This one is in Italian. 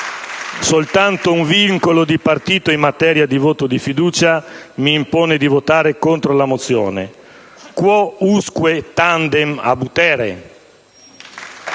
Soltanto un vincolo di partito in materia di voto di fiducia mi impone di votare contro la mozione. *Quousque tandem abutere...*